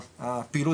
הפעילות,